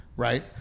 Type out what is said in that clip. Right